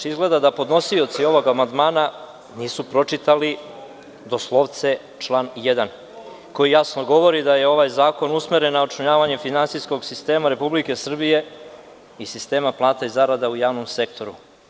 Izgleda da podnosioci ovog amandmana nisu pročitali doslovce član 1. koji jasno govori da je ovaj zakon usmeren na očuvanje finansijskog sistema Republike Srbije i sistema plata i zarada u javnom sektoru.